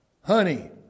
Honey